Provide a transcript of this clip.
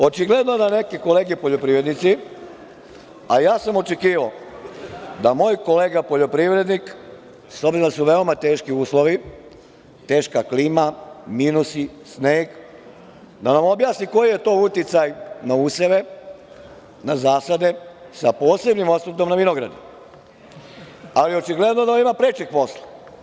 Očigledno da neke kolege poljoprivrednici, a ja sam očekivao da moj kolega poljoprivrednik, s obzirom da su veoma teški uslovi, teška klima, minusi, sneg, da nam objasni koji je to uticaj na useve, na zasade, sa posebnim osvrtom na vinograde, ali, očigledno da ima prečeg posla.